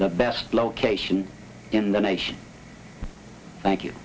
the best location in the nation thank you